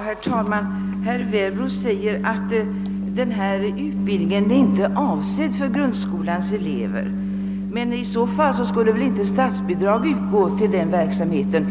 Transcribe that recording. Herr talman! Herr Werbro säger att självskyddsutbildningen inte är avsedd för grundskolans elever. Men om så är fallet, skulle väl inte statsbidrag utgå till denna verksamhet.